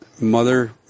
mother